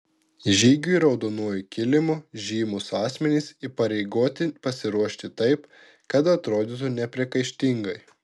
žygiui raudonuoju kilimu žymūs asmenys įpareigoti pasiruošti taip kad atrodytų nepriekaištingai